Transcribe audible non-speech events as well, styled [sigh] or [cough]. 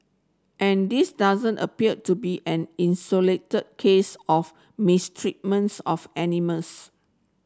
and this doesn't appear to be an [unintelligible] case of mistreatments of animals